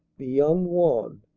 the young wan.